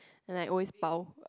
and like always bao